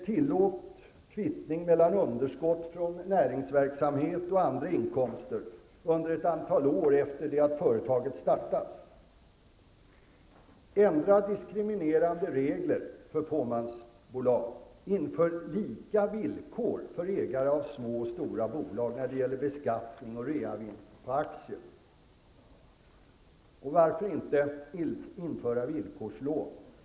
Tillåt kvittning mellan underskott från näringsverksamhet och andra inkomster under ett antal år efter det att företaget startats. Ändra diskriminerande regler för fåmansbolag. Inför lika villkor för ägare av små och stora bolag när det gäller beskattning och reavinst på aktier. Varför inte införa villkorslån?